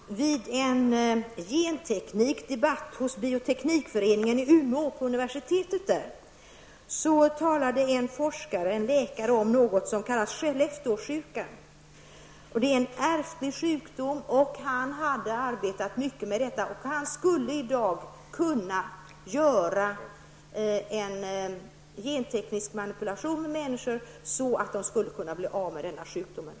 Herr talman! Vid en genteknikdebatt hos Bioteknikföreningen vid Umeå universitet talade en forskare och läkare om något som kallas Skellefteåsjukan. Den är en ärftlig sjukdom. Denna forskare hade arbetat mycket med detta och skulle i dag kunna göra en genteknisk manipulation på människor så att de blev av med denna sjukdom.